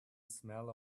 smell